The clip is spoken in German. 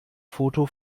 foto